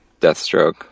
Deathstroke